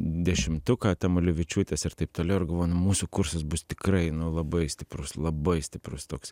dešimtuką tamulevičiūtės ir taip toliau ir galvoju nu mūsų kursas bus tikrai nu labai stiprus labai stiprus toks